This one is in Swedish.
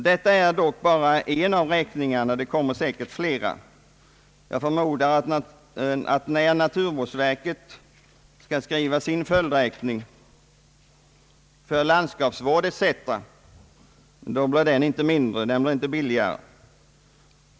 Detta är dock bara en av räkningarna, det kommer säkert flera. Jag förmodar att när naturvårdsverket skall skriva sin följdräkning — för landskapsvård etc. — blir den inte mindre.